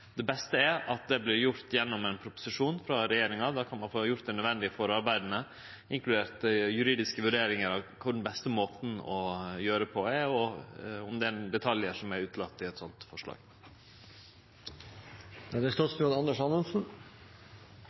det beste er at det vert gjort gjennom ein proposisjon frå regjeringa. Då kan ein få gjort dei nødvendige forarbeida, inkludert juridiske vurderingar av kva som er den beste måten å gjere det på, og om det er detaljar som er utelatne i eit slikt forslag.